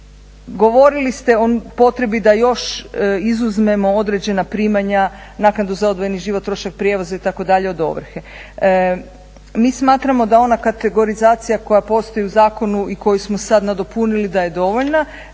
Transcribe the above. Govorili ste o potrebi da još izuzmemo određena primanja, naknadu za odvojeni život, trošak prijevoza itd. od ovrhe. Mi smatramo da ona kategorizacija koja postoji u zakonu i koju smo sada nadopunili da je dovoljna.